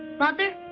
mother,